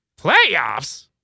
playoffs